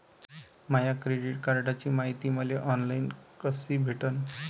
माया credit कार्डची मायती मले ऑनलाईन कसी भेटन?